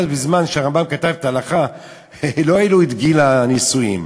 בזמן שהרמב"ם כתב את ההלכה לא העלו את גיל הנישואים,